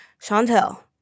Chantel